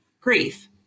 grief